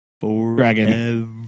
Forever